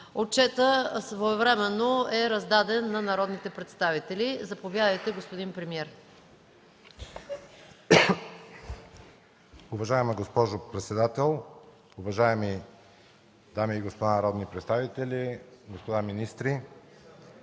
Отчетът своевременно е раздаден на народните представители. Заповядайте, господин премиер.